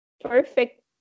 perfect